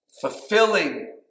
fulfilling